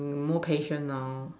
more patient now